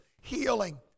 healing